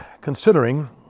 considering